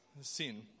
sin